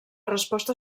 resposta